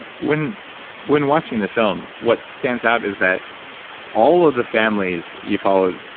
when when watching the film, what stands out is that all of the families you followed,